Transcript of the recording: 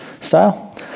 style